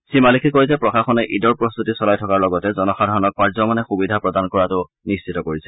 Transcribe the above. শ্ৰীমালিকে কয় যে প্ৰশাসনে ঈদৰ প্ৰস্ত্তি চলাই থকাৰ লগতে জনসাধাৰণক পাৰ্যমানে সুবিধা প্ৰদান কৰাটো নিশ্চিত কৰিছে